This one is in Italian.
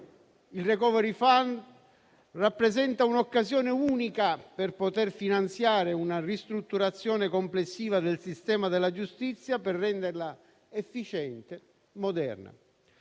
Il *recovery fund* rappresenta un'occasione unica per poter finanziare una ristrutturazione complessiva del sistema della giustizia, per renderla efficiente e moderna.